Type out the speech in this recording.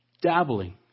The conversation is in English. dabbling